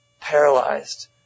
paralyzed